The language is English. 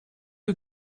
you